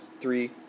three